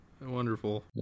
Wonderful